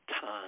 time